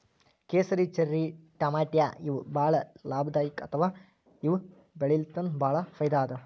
ಕೇಸರಿ, ಚೆರ್ರಿ ಟಮಾಟ್ಯಾ ಇವ್ ಭಾಳ್ ಲಾಭದಾಯಿಕ್ ಅಥವಾ ಇವ್ ಬೆಳಿಲಿನ್ತ್ ಭಾಳ್ ಫೈದಾ ಅದಾ